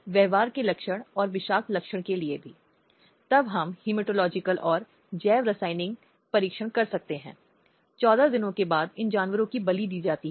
यह केवल सरकार की ही नहीं एनजीओ और परिवार की भी जिम्मेदारी है